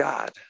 God